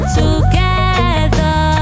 together